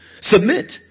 Submit